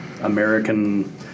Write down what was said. American